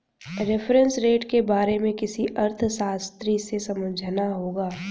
reference rate के बारे में किसी अर्थशास्त्री से समझना होगा